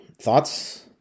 Thoughts